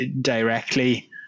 directly